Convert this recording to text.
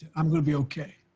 i'm going to be okay.